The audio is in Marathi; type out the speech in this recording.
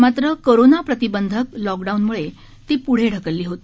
मात्र कोरोना प्रतिबंधक लॉकडाऊनमुळे ती पुढे ढकलली होती